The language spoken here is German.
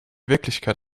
wirklichkeit